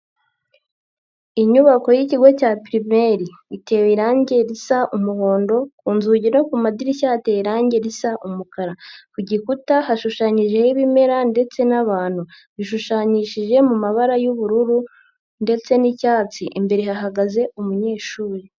Inyubako yikigo cya pirimeri itewe irangi risa umuhondo, ku nzugi no ku madirishya hateye irangi risa umukara, ku gikuta hashushanyijeho ibimera ndetse n'abantu bishushanyishije mu mabara y'ubururu ndetse n'icyatsi, imbere hahagaze umunyeshuri.